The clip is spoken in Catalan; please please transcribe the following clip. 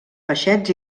peixets